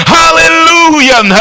hallelujah